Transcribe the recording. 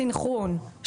סנכרון,